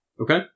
Okay